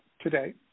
today